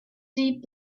deep